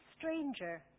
stranger